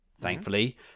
thankfully